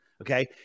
okay